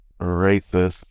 racist